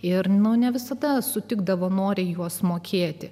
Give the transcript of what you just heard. ir ne visada sutikdavo nori juos mokėti